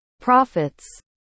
profits